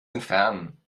entfernen